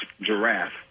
giraffe